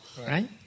Right